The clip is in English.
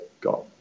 got